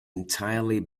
entirely